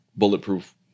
bulletproof